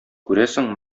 күрәсең